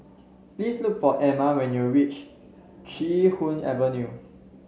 please look for Ama when you reach Chee Hoon Avenue